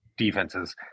defenses